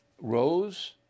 rose